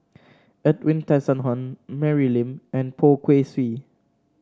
Edwin Tessensohn Mary Lim and Poh Kay Swee